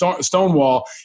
Stonewall